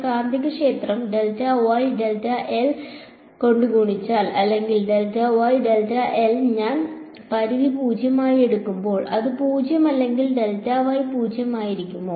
കാന്തികക്ഷേത്രം കൊണ്ട് ഗുണിച്ചാൽ അല്ലെങ്കിൽ ഞാൻ പരിധി 0 ആയി എടുക്കുമ്പോൾ അത് 0 അല്ലെങ്കിൽ പൂജ്യമല്ലാത്തതായിരിക്കുമോ